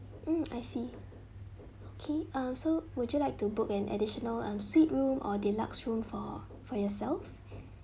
hmm I see okay um so would you like to book an additional um suite room or deluxe room for for yourself